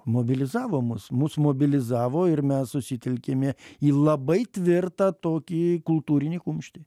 mobilizavo mus mus mobilizavo ir mes susitelkėme į labai tvirtą tokį kultūrinį kumštį